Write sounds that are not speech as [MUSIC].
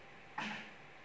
[COUGHS]